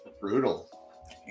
brutal